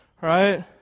Right